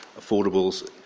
affordables